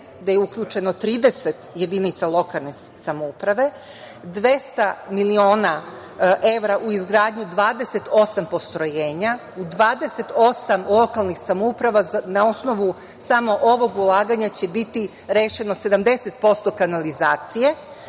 da je uključeno 30 jedinica lokalne samouprave, 200 miliona evra u izgradnji 28 postrojenja. U 28 lokalnih samouprava na osnovu samo ovog ulaganja će biti rešeno 70% kanalizacije.